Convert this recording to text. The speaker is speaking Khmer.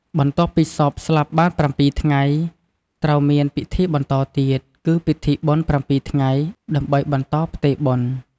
បន្ទាប់ពីសពស្លាប់បាន៧ថ្ងៃ ត្រូវមានពិធីបន្តទៀត គឺ ពិធីបុណ្យ ៧ថ្ងៃ ដើម្បីបន្តផ្ទេរបុណ្យ។